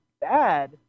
bad